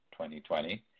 2020